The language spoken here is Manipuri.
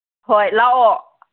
ꯍꯣꯏ ꯂꯥꯛꯑꯣ